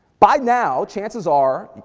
by now, chances are,